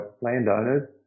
landowners